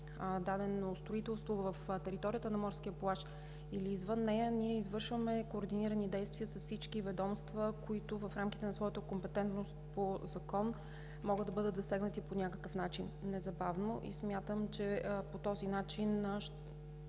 дадено строителство в територията на морския плаж или извън нея, ние извършваме координирани действия с всички ведомства, които в рамките на своята компетентност по Закон могат да бъдат засегнати по някакъв начин – незабавно. Смятам, че по този начин